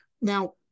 Now